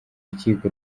rukiko